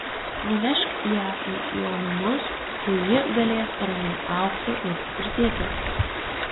nunešk ją į jo namus kur ji galės ramiai augti ir tvirtėti